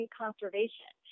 conservation